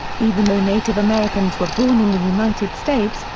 even though native americans were born in the united states,